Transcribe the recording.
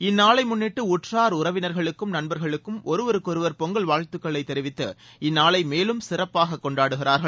இந்நாளை முன்னிட்டு உற்றார் உறவினா்களுக்கும் நண்பா்களுக்கும் ஒருவருக்கொருவா் பொங்கல் வாழ்த்துக்களை தெரிவித்து இந்நாளை மேலும் சிறப்பாக கொண்டாடுகிறா்கள்